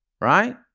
right